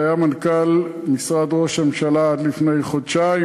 שהיה מנכ"ל משרד ראש הממשלה עד לפני חודשיים,